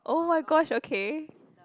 oh my gosh okay